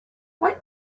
faint